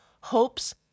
hopes